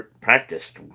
practiced